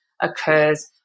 occurs